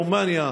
רומניה.